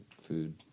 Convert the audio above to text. food